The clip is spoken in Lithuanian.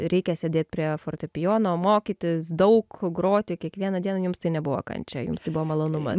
reikia sėdėt prie fortepijono mokytis daug groti kiekvieną dieną jums tai nebuvo kančia jums tai buvo malonumas